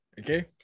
Okay